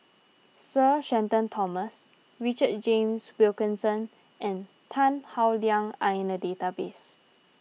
Sir Shenton Thomas Richard James Wilkinson and Tan Howe Liang are in the database